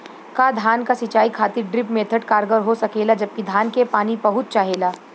का धान क सिंचाई खातिर ड्रिप मेथड कारगर हो सकेला जबकि धान के पानी बहुत चाहेला?